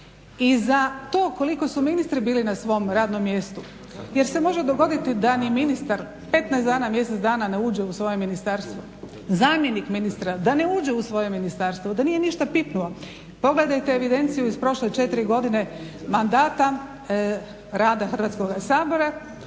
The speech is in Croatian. i za to koliko su ministri bili na svom radnom mjestu. Jer se može dogoditi da ni ministar 15 dana, mjesec dana ne uđe u svoje ministarstvo, zamjenik ministra da ne uđe u svoje ministarstvo, da nije ništa pipnuo. Pogledajte evidenciju iz prošle 4 godine mandata rada Hrvatskoga sabora,